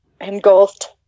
engulfed